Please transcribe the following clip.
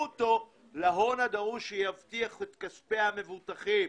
אותו להון הדרוש שיבטיח את כספי המבוטחים.